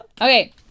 Okay